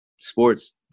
sports